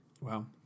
Wow